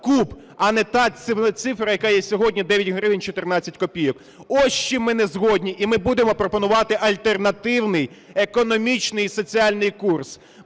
куб, а не та цифра, яка є сьогодні, – 9 гривень 14 копійок. Ось з чим ми не згодні і ми будемо пропонувати альтернативний економічний і соціальний курс.